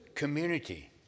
community